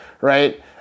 right